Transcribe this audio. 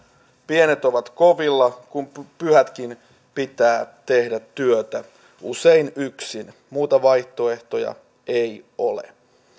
pienet ovat kovilla kun pyhätkin pitää tehdä työtä usein yksin muita vaihtoehtoja ei ole